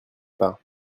pas